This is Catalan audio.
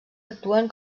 actuen